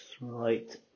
right